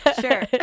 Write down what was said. Sure